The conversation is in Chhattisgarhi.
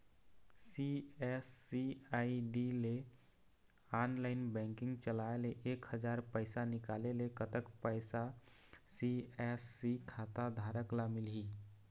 सी.एस.सी आई.डी ले ऑनलाइन बैंकिंग चलाए ले एक हजार पैसा निकाले ले कतक पैसा सी.एस.सी खाता धारक ला मिलही?